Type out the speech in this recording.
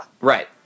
right